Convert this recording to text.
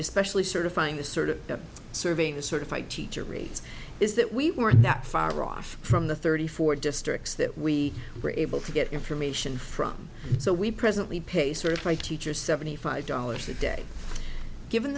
especially certifying this sort of serving the certified teacher reads is that we weren't that far off from the thirty four districts that we were able to get information from so we presently pay certified teachers seventy five dollars a day given